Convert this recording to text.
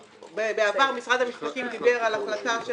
בעבר משרד המשפטים דיבר על החלטה של